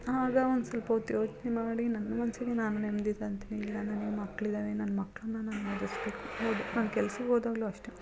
ಆಗ ಒಂದು ಸ್ವಲ್ಪ ಹೊತ್ ಯೋಚನೆ ಮಾಡಿ ನನ್ನ ಮನಸ್ಸಿಗೆ ನಾನು ನೆಮ್ಮದಿ ತಂತೀನಿ ಇಲ್ಲ ನನಿಗೆ ಮಕ್ಕಳಿದವೆ ನನ್ನ ಮಕ್ಕಳನ್ನ ನಾನು ಓದಿಸ್ಬೇಕು ನಾನು ಕೆಲ್ಸಕ್ಕೆ ಹೋದಾಗಲೂ ಅಷ್ಟೇ